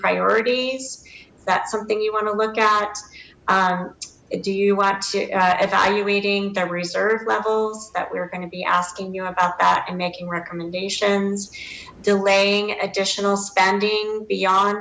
priorities that's something you want to look at do you want to evaluating the reserve levels that we're going to be asking you about that and making recommendations delaying additional spending beyond